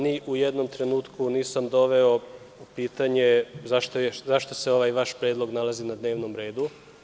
Ni u jednom trenutku, ja nisam doveo u pitanje zašto se ovaj vaš predlog nalazi na dnevnom redu.